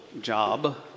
job